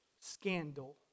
scandal